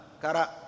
Kara